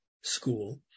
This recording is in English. school